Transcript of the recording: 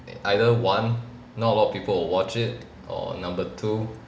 either one not a lot of people will watch it or number two